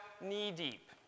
knee-deep